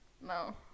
No